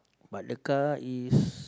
but the car is